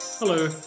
Hello